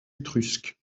étrusque